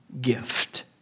gift